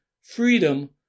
freedom